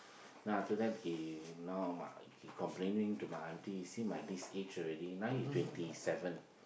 then after that he now mah he complaining to my aunty you see my this age already now you twenty seven